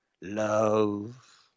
Love